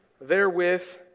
therewith